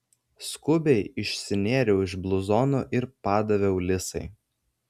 skubiai išsinėriau iš bluzono ir padaviau lisai